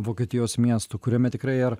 vokietijos miestų kuriame tikrai ar